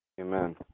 Amen